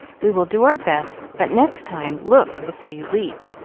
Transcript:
we will do our best but next time, look before you leap,